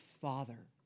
father